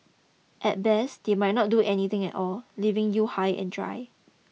at best they might not do anything at all leaving you high and dry